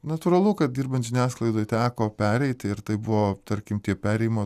natūralu kad dirbant žiniasklaidoj teko pereiti ir tai buvo tarkim tie perėjimo